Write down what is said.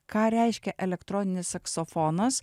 ką reiškia elektroninis saksofonas